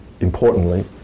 importantly